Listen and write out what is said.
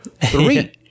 three